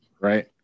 Right